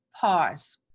pause